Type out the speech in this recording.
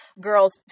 girls